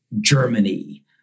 Germany